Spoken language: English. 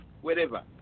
wherever